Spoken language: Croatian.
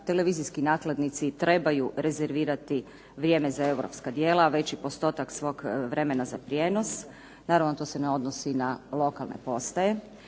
televizijski nakladnici trebaju rezervirati vrijeme za europska djela, veći postotak svog vremena za prijenos. Naravno to se ne odnosi na lokalne postaje.